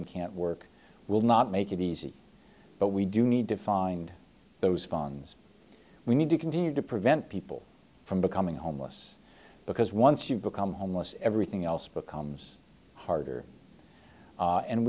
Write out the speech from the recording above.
and can't work will not make it easy but we do need to find those fans we need to continue to prevent people from becoming homeless because once you become homeless everything else becomes harder a